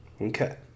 Okay